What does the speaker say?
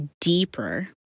deeper